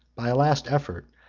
by a last effort,